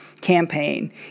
campaign